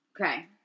okay